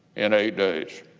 in eight days.